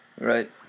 Right